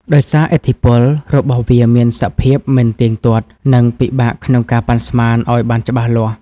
ដោយសារឥទ្ធិពលរបស់វាមានសភាពមិនទៀងទាត់ និងពិបាកក្នុងការប៉ាន់ស្មានឱ្យបានច្បាស់លាស់។